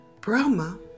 Brahma